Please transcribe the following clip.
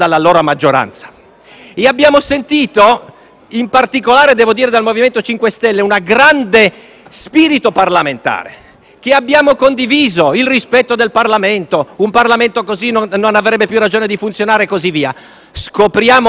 abbiamo sentito frasi, in particolare dal MoVimento 5 Stelle, che denotavano un grande spirito parlamentare, che abbiamo condiviso: «rispetto del Parlamento»; «un Parlamento così non avrebbe più ragione di funzionare», e così via.